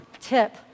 tip